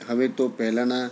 હવે તો પહેલાંના